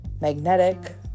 magnetic